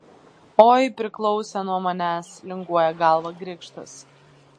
oi priklausė nuo manęs linguoja galvą grikštas